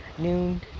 Noon